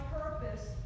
purpose